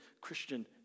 Christian